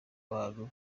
abantu